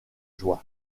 joie